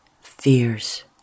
fears